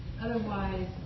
Otherwise